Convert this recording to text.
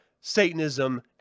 Satanism